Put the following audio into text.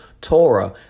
Torah